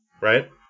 right